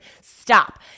stop